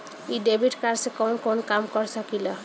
इ debit card से कवन कवन काम कर सकिला?